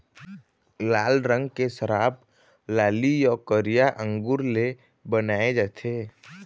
लाल रंग के शराब लाली य करिया अंगुर ले बनाए जाथे